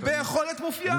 זו יכולת מופלאה.